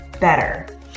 better